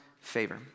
favor